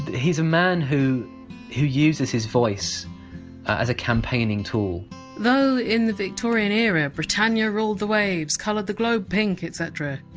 he's a man who who uses his voice as a campaigning tool though in the victorian era britannia ruled the waves, coloured the globe pink etc,